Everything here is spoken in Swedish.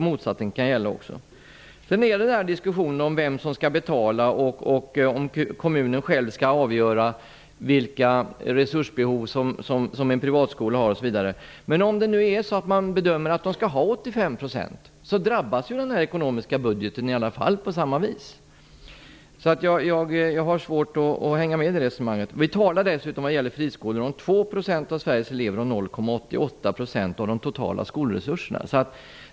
Motsatsen kan också gälla. Sedan har vi diskussionen om vem som skall betala och om kommunen själv skall avgöra vilka resursbehov en privatskola har osv. Om man nu bedömer att de skall ha 85 % drabbas ju den ekonomiska budgeten i alla fall på samma vis. Jag har svårt att hänga med i det resonemanget. När det gäller friskolor talar vi om 2 % av Sveriges elever och 0,88 % av de totala skolresurserna.